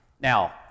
Now